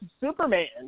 Superman